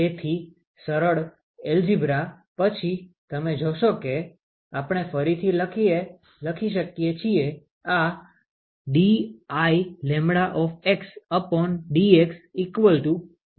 તેથી સરળ એલ્જીબ્રા પછી તમે જોશો કે આપણે ફરીથી લખી શકીએ છીએ આ dIλxdx Kλ છે